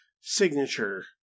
signature